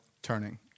turning